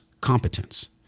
competence